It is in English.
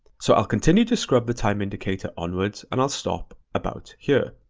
so i'll continue to scrub the time indicator onwards and i'll stop about here,